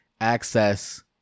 access